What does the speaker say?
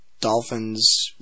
Dolphins